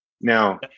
Now